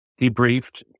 debriefed